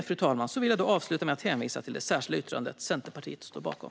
Fru talman! Jag vill avsluta med att hänvisa till det särskilda yttrandet Centerpartiet står bakom.